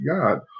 God